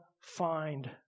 find